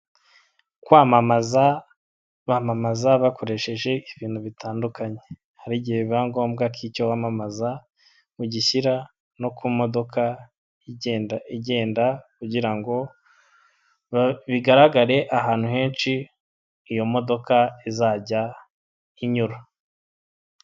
Kwamamaza bamamaza bakoresheje ibintu bitandukanye. Hari igihe biba ngombwa ko icyo bamamaza, ugishyira no ku modoka igenda, igenda kugira ngo bigaragare ahantu henshi iyo modoka izajya inyura.